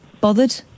bothered